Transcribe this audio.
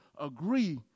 agree